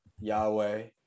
Yahweh